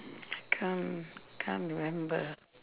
can't can't remember